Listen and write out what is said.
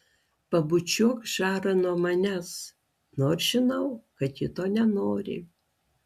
pabučiuok žarą nuo manęs nors žinau kad ji to nenori